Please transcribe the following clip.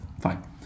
fine